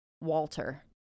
walter